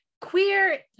Queer